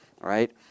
Right